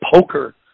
poker